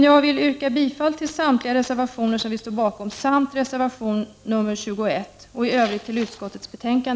Jag yrkar bifall till samtliga reservationer som vi står bakom samt reservation nr 21 och i övrigt till utskottets hemställan.